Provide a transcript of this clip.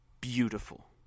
beautiful